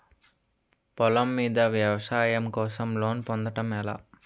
పొలం మీద వ్యవసాయం కోసం లోన్ పొందటం ఎలా?